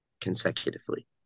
consecutively